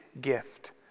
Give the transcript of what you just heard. gift